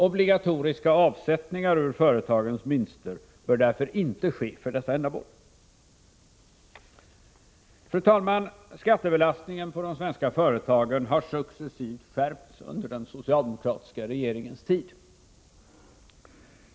Obligatoriska avsättningar från företagens vinster bör därför inte ske för detta ändamål. Fru talman! Skattebelastningen på de svenska företagen har successivt skärpts under den socialdemokratiska regeringens tid.